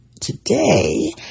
today